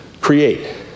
create